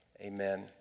Amen